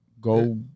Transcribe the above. Go